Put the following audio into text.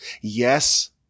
yes